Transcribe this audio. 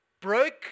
broke